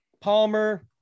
Palmer